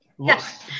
Yes